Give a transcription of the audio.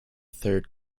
third